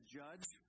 judge